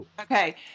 Okay